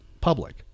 public